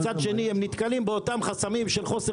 מצד שני הם נתקלים באותם חסמים של חוסר